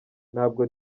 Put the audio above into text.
ntabwo